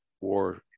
war